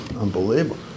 unbelievable